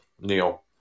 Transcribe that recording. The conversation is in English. Neil